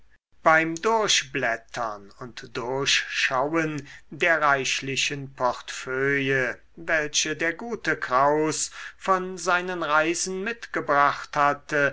beim durchblättern und durchschauen der reichlichen portefeuilles welche der gute kraus von seinen reisen mitgebracht hatte